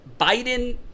Biden